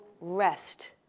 rest